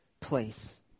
place